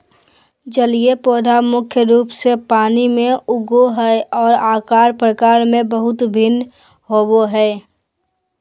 जलीय पौधा मुख्य रूप से पानी में उगो हइ, और आकार प्रकार में बहुत भिन्न होबो हइ